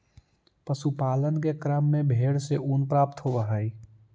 पशुपालन के क्रम में भेंड से ऊन प्राप्त होवऽ हई